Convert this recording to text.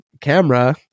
camera